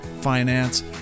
finance